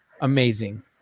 amazing